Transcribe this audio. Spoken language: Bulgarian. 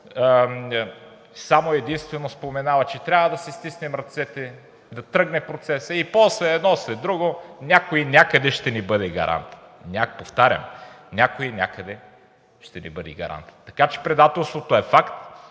само и единствено споменава, че трябва да си стигнем ръцете, да тръгне процесът и после едно след друго някой някъде ще ни бъде гарант. Повтарям: някой някъде ще ни бъде гарант! Така че предателството е факт.